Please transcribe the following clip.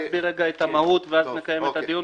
להסביר את המהות ואז נקיים את הדיון,